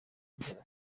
guhera